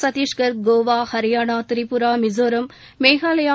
Chhattisgarh Goa Haryana Tripura Mizoram Meghalaya